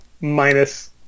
minus